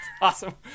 Awesome